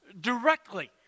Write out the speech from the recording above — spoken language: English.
directly